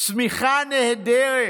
צמיחה נהדרת.